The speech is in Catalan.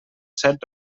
set